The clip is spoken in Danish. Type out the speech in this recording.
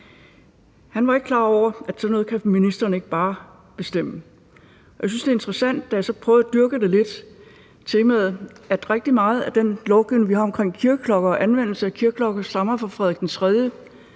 Han var ikke klar over, at sådan noget kan ministeren ikke bare bestemme. Jeg synes, det er interessant, og da jeg så prøvede at dyrke det lidt, fandt jeg ud af, at rigtig meget af den lovgivning, vi har omkring kirkeklokker og anvendelse af kirkeklokker, stammer fra Frederik III,